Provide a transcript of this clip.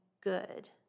good